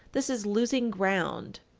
this is losing ground,